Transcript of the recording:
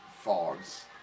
fogs